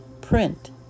print